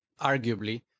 arguably